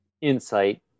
insight